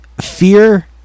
Fear